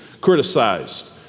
criticized